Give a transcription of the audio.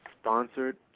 sponsored